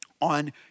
on